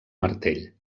martell